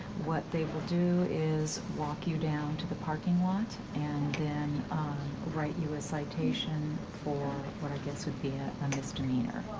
what they will do is walk you down to the parking lot and then write you a citation for what i guess would be a misdemeanor.